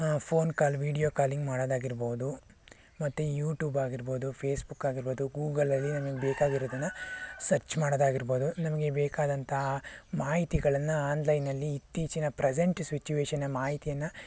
phone call video calling ಮಾಡೋದಾಗಿರ್ಬೋದು ಮತ್ತು YouTube ಆಗಿರ್ಬೋದು ಫೇಸ್ಬುಕ್ ಆಗಿರ್ಬೋದು ಗೂಗಲಲ್ಲಿ ನಿಮಗೆ ಬೇಕಾಗಿರೋದನ್ನು ಸರ್ಚ್ ಮಾಡೋದಾಗಿರ್ಬೋದು ನಮಗೆ ಬೇಕಾದಂತಹ ಮಾಹಿತಿಗಳನ್ನು ಆನ್ಲೈನಲ್ಲಿ ಇತ್ತೀಚಿನ ಪ್ರಸೆಂಟ್ ಸಿಚುವೇಷನ್ ಮಾಹಿತಿಯನ್ನು